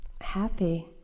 happy